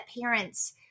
parents